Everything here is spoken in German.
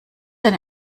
eine